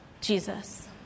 Jesus